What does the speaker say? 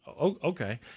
Okay